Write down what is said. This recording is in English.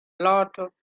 lot